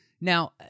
Now